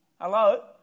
Hello